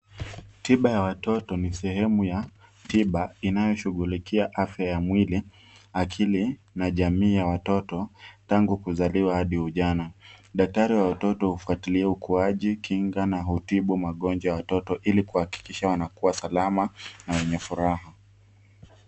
Tiba ya watoto, ni sehemu ya tiba, inayoshughulikia afya ya mwili, akili na jamii ya watoto, tangu kuzaliwa hadi ujana. Daktari wa watoto hufatilia ukuaji, kinga na hutibu magonjwa watoto ili kuhakikisha wanakuwa salama na wenye furaha.